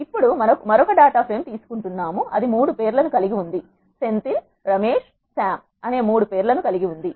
ఇప్పుడు మనము మరొక డాటా ఫ్రేమ్ తీసుకుంటున్నాముఅది 3 పేర్లను కలిగి ఉంది సెంథిల్ రమేశ్ మరియు సామ్ అనే 3 పేర్లను కలిగి ఉంది